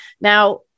Now